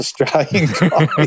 Australian